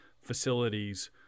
facilities